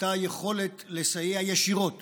הייתה יכולת לסייע ישירות